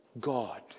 God